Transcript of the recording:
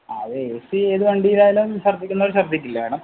അത് A C ഏത് വണ്ടിയായാലും ശർദ്ദിക്കുന്നവര് ശർദ്ദിക്കില്ലേ മേഡം